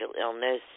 illness